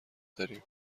داریم